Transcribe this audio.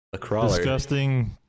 disgusting